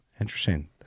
Interesting